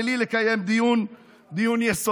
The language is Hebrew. בלי לקיים דיון יסודי.